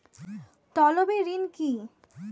তলবি ঋণ কি?